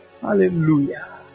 hallelujah